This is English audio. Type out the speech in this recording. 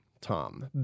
Tom